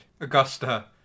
Augusta